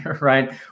right